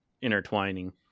intertwining